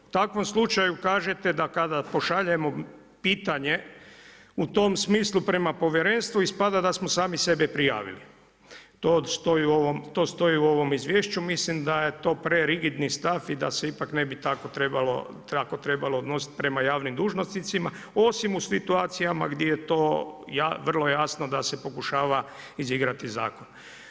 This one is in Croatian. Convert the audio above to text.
U takvom slučaju kažete da kada pošaljemo pitanje u tom smislu prema povjerenstvu ispada da smo sami sebe prijavili, to stoji u ovom izvješću, mislim da je to prerigidni stav i da se ipak ne bi tako trebalo odnositi prema javnim dužnosnicima osim u situacijama gdje je to vrlo jasno da se pokušava izigrati zakon.